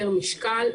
פר משקל,